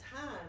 time